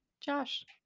josh